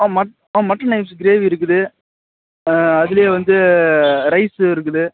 ஆ ஆ mutton gravy இருக்குது ஆ அதில் வந்து ரைஸ் இருக்குது